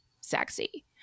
sexy